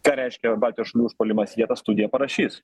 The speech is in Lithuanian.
ką reiškia baltijos šalių užpuolimas jie tą studiją parašys